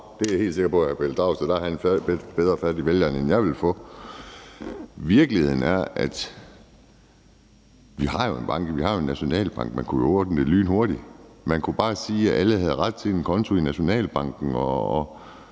der er jeg helt sikker på, at Pelle Dragsted har bedre fat i vælgerne, end jeg ville få det. Virkeligheden er, at vi jo har en nationalbank, så man kunne ordne det lynhurtigt. Man kunne bare sige, at alle havde ret til en konto i Nationalbanken, og